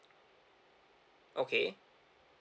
okay